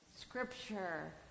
Scripture